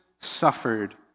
suffered